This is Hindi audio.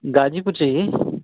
गाज़ीपुर चाहिए